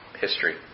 history